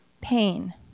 pain